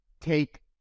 take